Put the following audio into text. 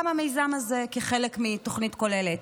קם המיזם הזה כחלק מתוכנית כוללת.